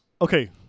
Okay